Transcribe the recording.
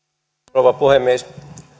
rouva puhemies